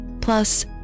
plus